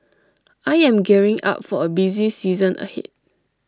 I am gearing up for A busy season ahead